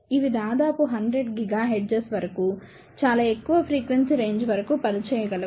ఇవి దాదాపు 100 GHz వరకు చాలా ఎక్కువ ఫ్రీక్వెన్సీ రేంజ్ వరకు పనిచేయగలవు